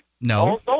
No